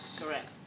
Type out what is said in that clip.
Correct